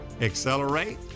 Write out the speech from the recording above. accelerate